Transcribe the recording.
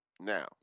Now